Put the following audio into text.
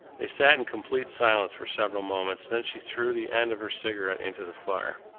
they sat in complete silence for several moments, then she threw the end of her cigarette into the fire.